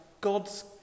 God's